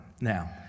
Now